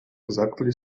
exactly